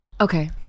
Okay